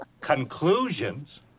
conclusions